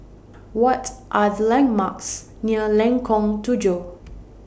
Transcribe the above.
What Are The landmarks near Lengkong Tujuh